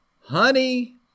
Honey